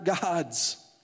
gods